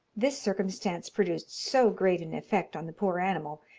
this circumstance produced so great an effect on the poor animal,